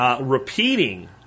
repeating